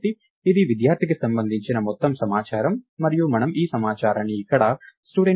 కాబట్టి ఇది విద్యార్థికి సంబంధించిన మొత్తం సమాచారం మరియు మనము ఈ సమాచారాన్ని ఇక్కడ studentInfo అని పిలుస్తాము